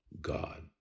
God